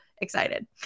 excited